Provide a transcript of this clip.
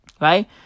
Right